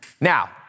Now